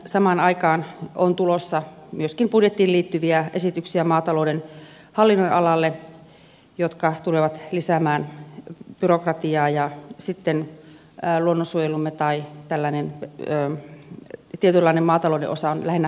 samaan aikaan on tulossa myöskin maatalouden hallinnonalalle budjettiin liittyviä esityksiä jotka tulevat lisäämään byrokratiaa ja sitten luonnonsuojelumme tai tällainen tietynlainen maatalouden osa on lähinnä museoivaa